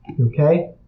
Okay